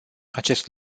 acest